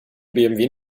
bmw